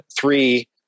three